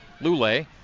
Lule